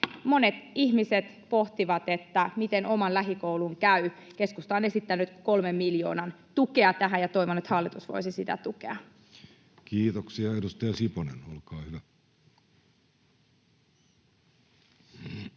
Monet ihmiset pohtivat, miten oman lähikoulun käy. Keskusta on esittänyt kolmen miljoonan tukea tähän, ja toivon, että hallitus voisi sitä tukea. [Speech 296] Speaker: